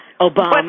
Obama